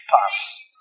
pass